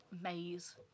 maze